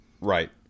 Right